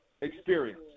experience